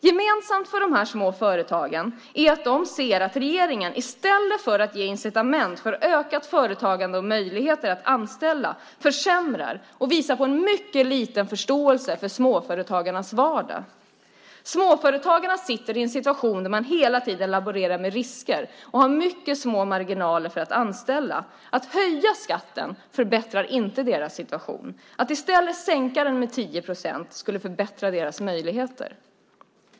Gemensamt för de här små företagen är att de ser att regeringen i stället för att ge incitament för ökat företagande och möjligheter att anställa försämrar och visar mycket liten förståelse för småföretagarnas vardag. Småföretagarna sitter i en situation där man hela tiden laborerar med risker och har mycket små marginaler för att anställa. Att höja skatten förbättrar inte deras situation. Att i stället sänka den med 10 procent skulle förbättra deras möjligheter.